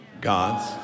God's